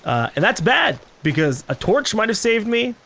and that's bad because a torch might have saved me.